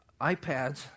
iPads